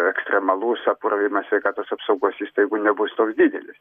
ekstremalus apkrovimas sveikatos apsaugos įstaigų nebus toks didelis